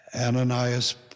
Ananias